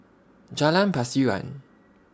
Jalan Pasiran